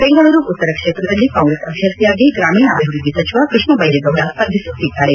ಬೆಂಗಳೂರು ಉತ್ತರ ಕ್ಷೇತ್ರದಲ್ಲಿ ಕಾಂಗ್ರೆಸ್ ಅಭ್ಯರ್ಥಿಯಾಗಿ ಗ್ರಾಮೀಣಾಭಿವೃದ್ಧಿ ಸಚಿವ ಕೃಷ್ಣಭೈರೇಗೌಡ ಸ್ಪರ್ಧಿಸುತ್ತಿದ್ದಾರೆ